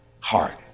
heart